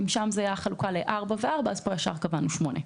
אם שם הייתה חלוקה לארבע וארבע, פה קבענו שמונה.